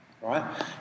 right